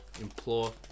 Implore